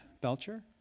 Belcher